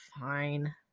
fine